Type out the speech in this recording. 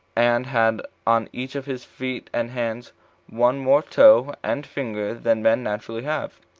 and had on each of his feet and hands one more toe and finger than men naturally have.